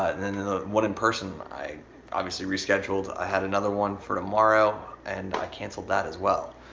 ah and and the one in person i obviously rescheduled. i had another one for tomorrow and i cancelled that as well.